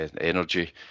energy